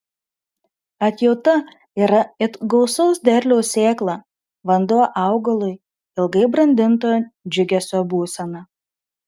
atjauta yra it gausaus derliaus sėkla vanduo augalui ilgai brandinto džiugesio būsena